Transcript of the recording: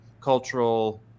cultural